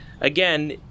again